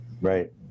right